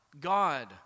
God